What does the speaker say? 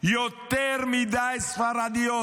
יותר מדי ספרדיות.